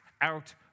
out